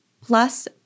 plus